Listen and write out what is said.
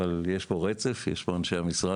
אבל יש פה רצף ויש פה את אנשי המשרד,